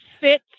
fit